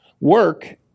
Work